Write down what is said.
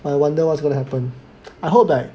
I wonder what's going to happen I hope like